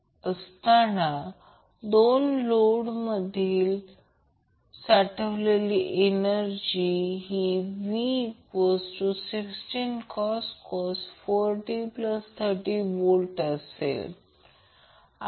तर सर्वसाधारणपणे Q 2piमॅक्झिमम stored energy energy dissipated per cycle असतो